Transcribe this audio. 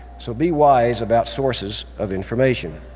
so be wise about sources of information.